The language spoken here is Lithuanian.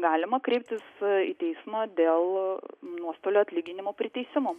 galima kreiptis į teismą dėl nuostolių atlyginimo priteisimo